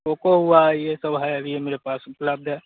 Poco हुआ यह सब है अभी मेरे पास उपलब्ध है